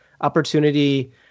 opportunity